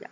yeah